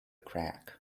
crack